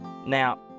Now